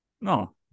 No